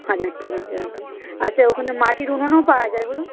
হাজার টাকা পড়বে আচ্ছা ওখানে মাটির উনুনও পাওয়া যায় বলুন